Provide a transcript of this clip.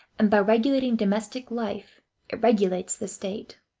and by regulating domestic life it regulates the state.